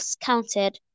counted